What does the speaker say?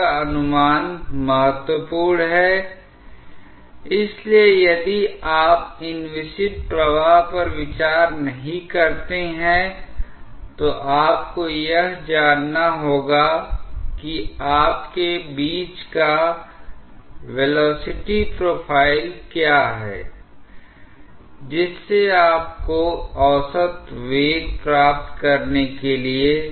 लेकिन अगर इस की रीडेबिलिटी अच्छी है तो संगत त्रुटि भी कम होगी और यही कारण है कि आप क्रॉस सेक्शन क्षेत्र को कम करने के लिए पूरी तरह से प्रयास कर रहे हैं ताकि गतिज ऊर्जा हेड में बहुत ज्यादा परिवर्तन हो जो Δh के रूप में व्यक्त होता हैI अब इस अनुभाग के आने के बाद और फिर आपको जो करना है उसे फिर से पाइप के व्यास में वापस लाना होगा